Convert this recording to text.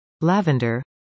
lavender